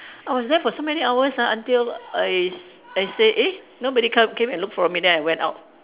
I was there for so many hours ah until I s~ I say eh nobody come came and look for me then I went out